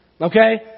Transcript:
Okay